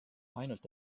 ainult